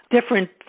different